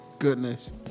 Goodness